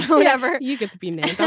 whatever you get to be me.